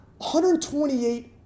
128